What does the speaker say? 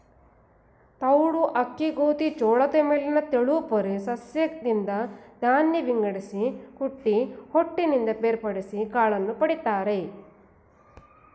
ತೌಡು ಅಕ್ಕಿ ಗೋಧಿ ಜೋಳದ ಮೇಲಿನ ತೆಳುಪೊರೆ ಸಸ್ಯದಿಂದ ಧಾನ್ಯ ವಿಂಗಡಿಸಿ ಕುಟ್ಟಿ ಹೊಟ್ಟಿನಿಂದ ಬೇರ್ಪಡಿಸಿ ಕಾಳನ್ನು ಪಡಿತರೆ